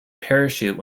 parachute